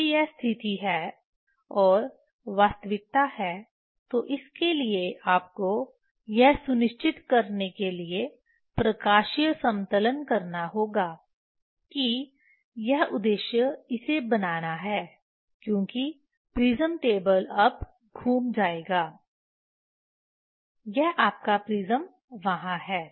यदि यह स्थिति है और वास्तविकता है तो इसके लिए आपको यह सुनिश्चित करने के लिए प्रकाशीय समतलन करना होगा कि यह उद्देश्य इसे बनाना है क्योंकि प्रिज्म टेबल अब घूम जाएगा यह आपका प्रिज्म वहाँ है